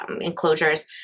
enclosures